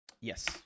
Yes